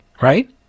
right